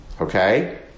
Okay